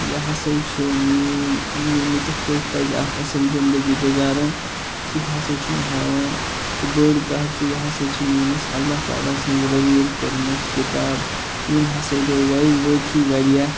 یہِ ہسا چھُ میٲنۍ مےٚ کِتھ پٲٹھۍ پَزِ اَکھ اصٕل زندگی گُزارٕنۍ سُہ تہِ ہسا چھُ مےٚ ہاوان تہٕ بٔڑ کَتھ زِ یہِ ہسا چھِ میٲنِس اللہ تعالٰی سٕنٛز رٔویٖل کٔرمٕژ کِتاب یٔمۍ ہسا بہٕ وٲقعٕے واریاہ